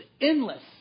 endless